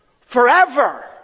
forever